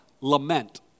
lament